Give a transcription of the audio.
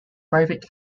private